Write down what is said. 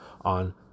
on